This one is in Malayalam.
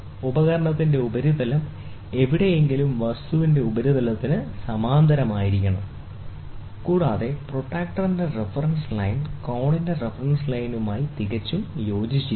ഉപകരണത്തിന്റെ ഉപരിതലം എവിടെയെങ്കിലും വസ്തുവിന്റെ ഉപരിതലത്തിന് സമാന്തരമായിരിക്കണം കൂടാതെ പ്രൊട്ടക്റ്ററിന്റെ റഫറൻസ് ലൈൻ കോണിന്റെ റഫറൻസ് ലൈനുമായി തികച്ചും യോജിക്കണം